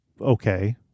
okay